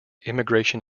immigration